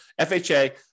FHA